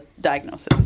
diagnosis